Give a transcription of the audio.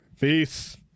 Peace